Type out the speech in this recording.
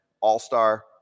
All-star